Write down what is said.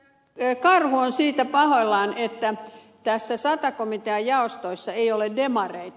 karhu on siitä pahoillaan että sata komitean jaostoissa ei ole demareita